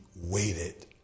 waited